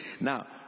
Now